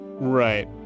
Right